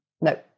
No